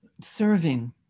Serving